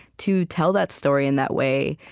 to tell that story in that way.